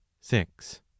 Six